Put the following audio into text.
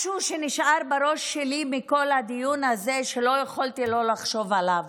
משהו שנשאר בראש שלי מכל הדיון הזה שלא יכולתי שלא לחשוב עליו: